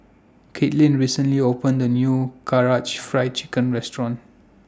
Katelynn recently opened A New Karaage Fried Chicken Restaurant